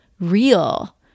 real